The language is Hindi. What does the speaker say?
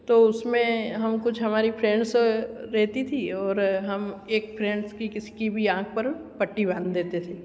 तो उसमें हम कुछ हमारी फ्रेंड्स रहती थी और हम एक फ्रेंड किसी की भी आँख पर पट्टी बाँध देते थे